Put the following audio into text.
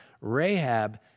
Rahab